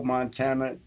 Montana